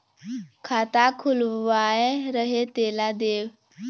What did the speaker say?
खाता खुलवाय रहे तेला देव?